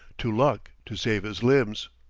to luck to save his limbs.